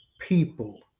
people